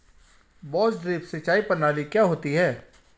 बांस ड्रिप सिंचाई प्रणाली क्या होती है?